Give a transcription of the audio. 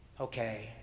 Okay